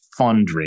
fundraising